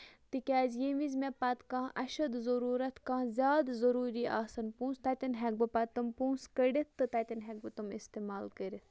تِکیازِ ییٚمہِ وِزِ مےٚ پَتہٕ کانہہ اَشَد ضروٗرت کانہہ زیادٕ ضروٗری آسن پونسہٕ تَتین ہٮ۪کہٕ بہٕ پتہٕ تِم پونسہٕ کٔڑِتھ تہٕ تتین ہٮ۪کہٕ بہٕ تِم اِستعمال کٔرِتھ